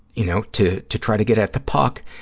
you know, to to try to get at the puck,